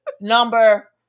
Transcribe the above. number